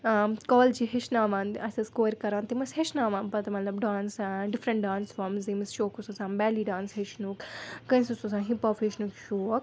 ٲں کالجہِ ہیٚچھناوان اسہِ ٲسۍ کورِ کَران تِم ٲسۍ ہیٚچھناوان پَتہٕ مطلب ڈانٕس ٲں ڈِفریٚنٛٹ ڈانٕس فارمٕز یٔمِس شوق اوٗس آسان بیٚلی ڈانٕس ہیٚچھنُک کٲنٛسہِ اوٗس آسان ہِپ ہاپ ہیٚچھنُک شوق